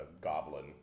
Goblin